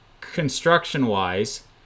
construction-wise